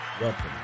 Welcome